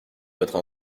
votre